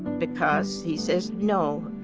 because he says, no.